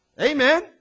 Amen